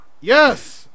Yes